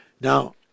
Now